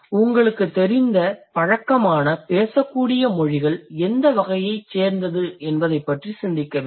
உங்களுக்குத் தெரிந்த பழக்கமான பேசக்கூடிய மொழிகள் எந்த வகையைச் சேர்ந்தது என்பதைப் பற்றி சிந்திக்க வேண்டும்